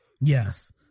Yes